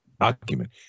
document